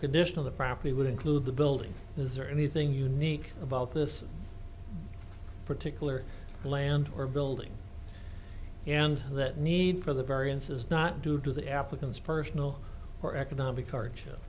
condition of the property would include the building is there anything unique about this particular land or building and that need for the variance is not due to the applicant's personal or economic hardship